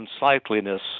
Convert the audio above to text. unsightliness